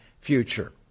future